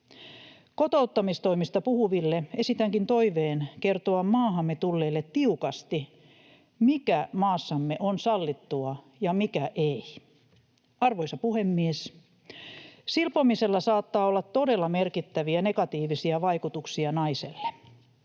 Kotouttamistoimista puhuville esitänkin toiveen kertoa maahamme tulleille tiukasti, mikä maassamme on sallittua ja mikä ei. Arvoisa puhemies! Silpomisella saattaa olla todella merkittäviä negatiivisia vaikutuksia naiselle.